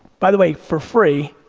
by the way, for free,